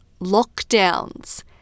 lockdowns